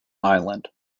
island